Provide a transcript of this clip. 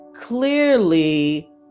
clearly